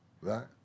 right